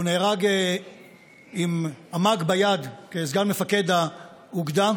הוא נהרג עם המאג ביד כסגן מפקד האוגדה.